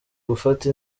gufata